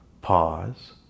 Pause